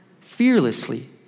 fearlessly